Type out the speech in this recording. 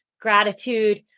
gratitude